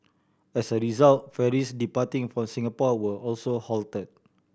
as a result ferries departing from Singapore were also halted